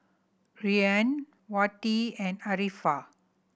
Ryan Wati and Arifa